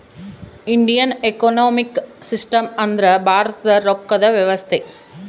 Indian economic system ಅಂದ್ರ ಭಾರತದ ರೊಕ್ಕದ ವ್ಯವಸ್ತೆ